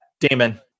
Damon